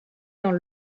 dans